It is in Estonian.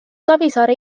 savisaare